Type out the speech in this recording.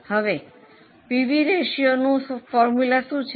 હવે પીવી રેશિયોનું સૂત્ર શું છે